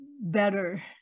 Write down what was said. better